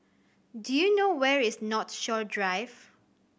do you know where is Northshore Drive